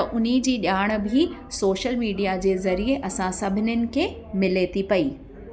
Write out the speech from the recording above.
त उन जी ॼाण बि सोशल मीडिया जे ज़रिए असां सभिनीनि खे मिले थी पई